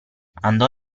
andò